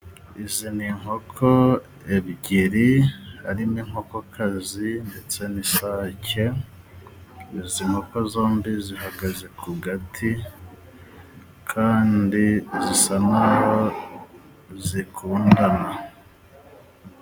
Izi ni inkoko ebyiri harimo inkokokazi ndetse n'isake, izi nkoko zombi zihagaze ku gati kandi zisa naho zikundana.